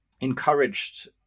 encouraged